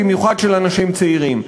במיוחד של אנשים צעירים.